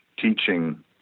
teaching